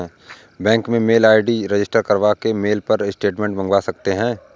bank में mail ID register करवा के मेल पे स्टेटमेंट मंगवा सकते है